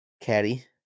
Caddy